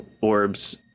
orbs